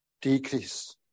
decrease